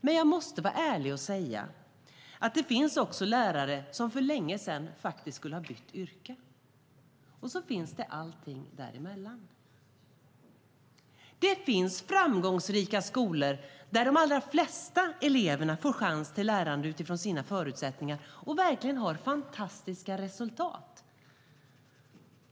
Men jag måste vara ärlig och säga att det också finns lärare som för länge sedan borde ha bytt yrke. Och så finns det allt däremellan. Det finns framgångsrika skolor där de allra flesta elever får chans till lärande utifrån sina förutsättningar och verkligen har fantastiska resultat.